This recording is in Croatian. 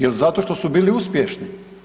Jel zato što su bili uspješni?